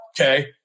okay